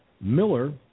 Miller